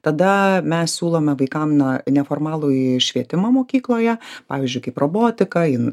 tada mes siūlome vaikam na neformalųjį švietimą mokykloje pavyzdžiui kaip robotika in